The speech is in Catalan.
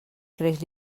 creix